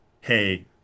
hey